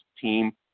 team